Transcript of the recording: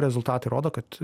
rezultatai rodo kad